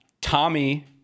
Tommy